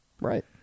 Right